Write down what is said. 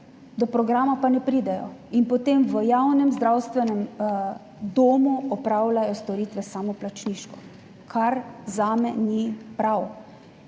do programa pa ne pridejo in potem v javnem zdravstvenem domu opravljajo storitve samoplačniško, kar zame ni prav.